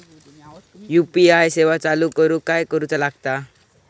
UPI सेवा चालू करूक काय करूचा लागता?